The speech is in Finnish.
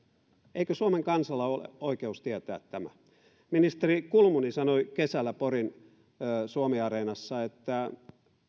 eikö suomen kansalla ole oikeus tietää tämä ministeri kulmuni sanoi kesällä porin suomiareenassa että